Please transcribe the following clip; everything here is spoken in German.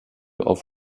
auf